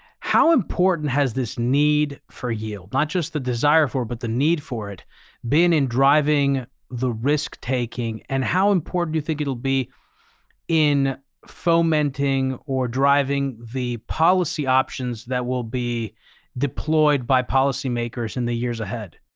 how important has this need for yield, not just the desire for it but the need for it been in driving the risk taking and how important do you think it'll be in fomenting or driving the policy options that will be deployed by policy makers in the years ahead?